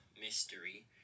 Mystery